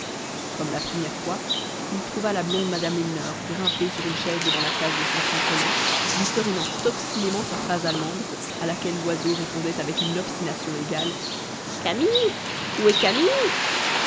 comme la première fois il trouva la blonde mme milner grimpée sur une chaise devant la cage de son sansonnet lui serinant obstinément sa phrase allemande à laquelle l'oiseau répondait avec une obstination égale camille où est camille